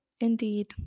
indeed